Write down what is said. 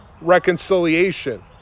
reconciliation